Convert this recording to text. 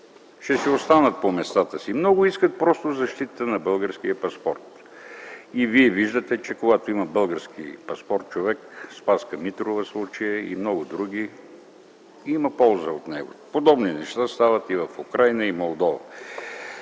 ще останат по местата си. Много искат просто защитата на българския паспорт. И вие виждате, че когато човек има български паспорт, какъвто е случаят със Спаска Митрова и много други, има полза от него. Подобни неща стават и в Украйна и Молдова.